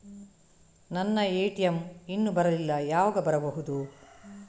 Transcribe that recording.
ನನ್ನ ಎ.ಟಿ.ಎಂ ಇನ್ನು ಬರಲಿಲ್ಲ, ಯಾವಾಗ ಬರಬಹುದು?